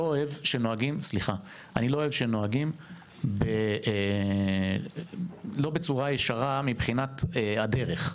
אני לא אוהב שנוהגים לא בצורה ישרה מבחינת הדרך.